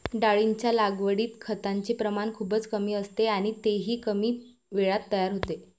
डाळींच्या लागवडीत खताचे प्रमाण खूपच कमी असते आणि तेही कमी वेळात तयार होते